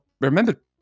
remember